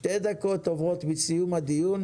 שתי דקות עוברות מסיום הדיון,